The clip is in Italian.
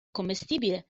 commestibile